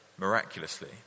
miraculously